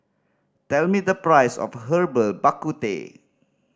tell me the price of Herbal Bak Ku Teh